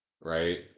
Right